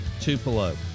Tupelo